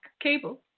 cable